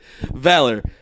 Valor